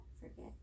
Forget